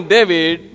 David